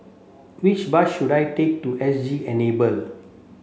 which bus should I take to S G Enable